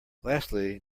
lastly